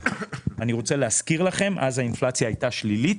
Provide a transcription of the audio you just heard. אני רוצה להזכיר לכם שאז האינפלציה הייתה שלילית,